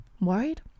worried